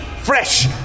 fresh